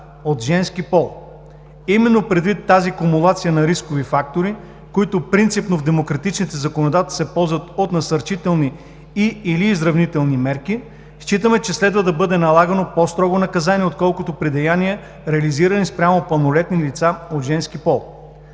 от женски пол. Именно предвид тази кумулация на рискови фактори, които в демократичните законодателства принципно се ползват от насърчителни и/или изравнителни мерки, считаме, че следва да бъде налагано по-строго наказание, отколкото при деяния, реализирани спрямо пълнолетни лица от женски пол.